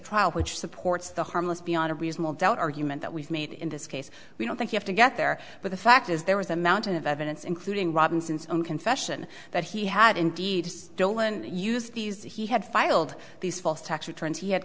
trial which supports the harmless beyond a reasonable doubt argument that we've made in this case we don't think you have to get there but the fact is there was a mountain of evidence including robinson's own confession that he had indeed used these he had filed these false tax returns he had